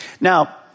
Now